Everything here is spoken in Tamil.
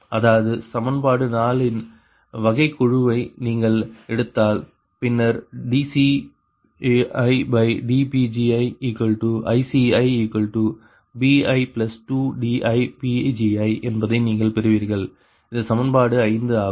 அதாவது சமன்பாடு 4 இன் வகைக்கெழுவை நீங்கள் எடுத்தால் பின்னர் dCidPgiICibi2diPgi என்பதை நீங்கள் பெறுவீர்கள் இது சமன்பாடு 5 ஆகும்